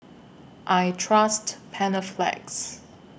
I Trust Panaflex